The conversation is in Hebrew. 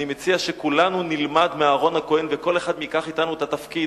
אני מציע שכולנו נלמד מאהרן הכוהן וכל אחד מאתנו ייקח את התפקיד.